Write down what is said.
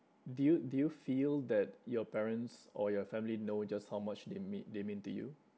do you do you feel that your parents or your family know just how much they mea~ they mean to you